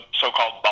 so-called